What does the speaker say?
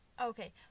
Okay